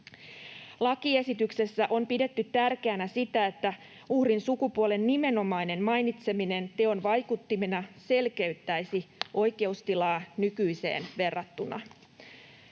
Lakiesityksessä on pidetty tärkeänä sitä, että uhrin sukupuolen nimenomainen mainitseminen teon vaikuttimena selkeyttäisi oikeustilaa nykyiseen verrattuna.